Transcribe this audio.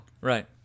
Right